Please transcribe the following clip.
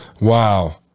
Wow